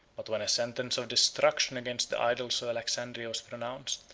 but when a sentence of destruction against the idols of alexandria was pronounced,